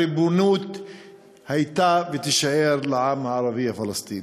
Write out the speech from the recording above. הריבונות הייתה ותישאר של העם הערבי הפלסטיני.